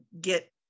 get